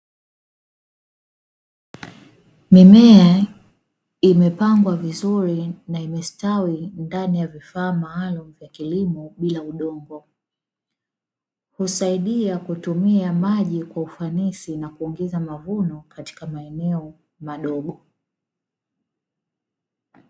Mimea imepangwa vizuri na imestawi ndani ya vifaa maalumu vya kilimo bila udongo, husaidia kutumia maji kwa ufanisi na kuongeza mavuno katika maeneo madogo.